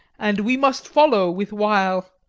and we must follow with wile.